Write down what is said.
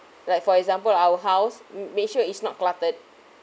like for example our house mm make sure it's not cluttered